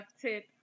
tip